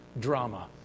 Drama